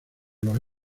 los